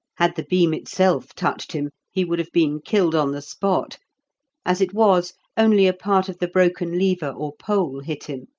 had the beam itself touched him he would have been killed on the spot as it was, only a part of the broken lever or pole hit him.